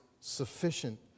sufficient